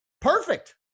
perfect